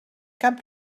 cap